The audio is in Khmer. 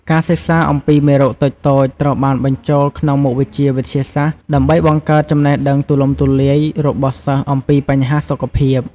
ការសិក្សាអំពីមេរោគតូចៗ ត្រូវបានបញ្ចូលក្នុងមុខវិជ្ជាវិទ្យាសាស្ត្រ ដើម្បីបង្កើតចំណេះដឹងទូលំទូលាយរបស់សិស្សអំពីបញ្ហាសុខភាព។